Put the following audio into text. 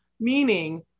meaning